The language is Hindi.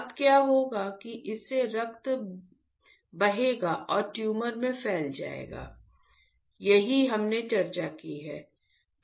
अब क्या होगा कि इससे रक्त बहेगा और ट्यूमर में फैल जाएगा यही हमने चर्चा की है